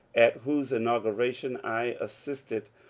at whose inauguration i assisted,